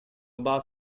oba